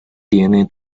tiene